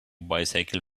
bycicle